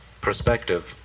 perspective